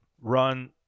run